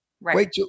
wait